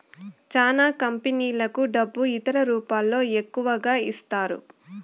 చానా కంపెనీలకు డబ్బు ఇతర రూపాల్లో ఎక్కువగా ఇస్తారు